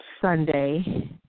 Sunday